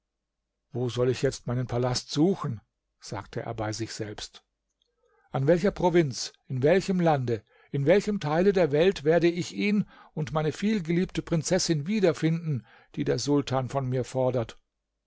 wo soll ich jetzt meinen palast suchen sagte er bei sich selbst an welcher provinz in welchem lande in welchem teile der welt werde ich ihn und meine vielgeliebte prinzessin wiederfinden die der sultan von mir fordert